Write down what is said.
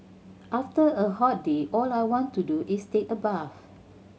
after a hot day all I want to do is take a bath